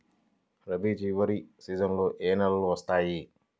రబీ చివరి సీజన్లో ఏ నెలలు వస్తాయి?